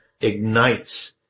ignites